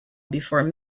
before